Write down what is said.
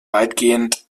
weitestgehend